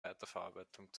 weiterverarbeitung